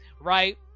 right